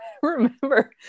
Remember